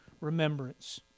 remembrance